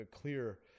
clear